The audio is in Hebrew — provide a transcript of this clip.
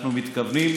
אנחנו מתכוונים